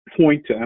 Point